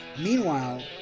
Meanwhile